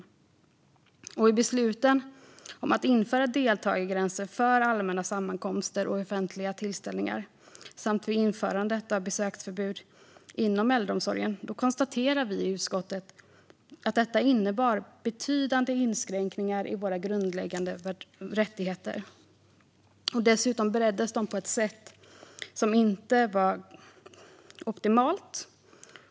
I fråga om besluten om att införa deltagargränser för allmänna sammankomster och offentliga tillställningar samt införandet av besöksförbud inom äldreomsorgen konstaterar vi i utskottet att detta innebar betydande inskränkningar i de grundläggande rättigheterna. Dessutom bereddes de på ett sätt som inte var optimalt.